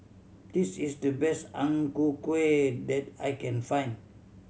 this is the best Ang Ku Kueh that I can find